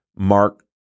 Mark